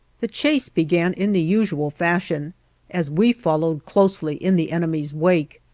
the chase began in the usual fashion as we followed closely in the enemy's wake.